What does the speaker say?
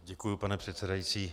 Děkuji, pane předsedající.